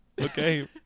okay